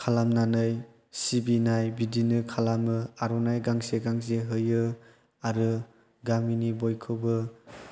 खालामनानै सिबिनाय बिदिनो खालामो आर'नाइ गांसे गांसे होयो आरो गामिनि बयखौबो